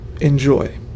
enjoy